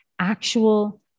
actual